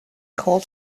called